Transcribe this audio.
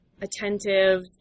attentive